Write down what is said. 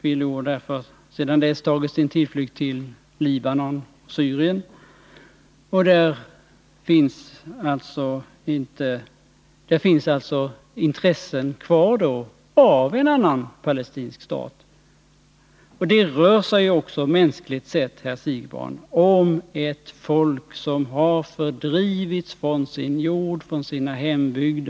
PLO har därför sedan dess tagit sin tillflykt till Libanon och Syrien. Där finns alltså intresset kvar för en annan palestinsk stat. Det rör sig också — mänskligt sett, herr Siegbahn — om ett folk som har fördrivits från sin jord, sin hembygd.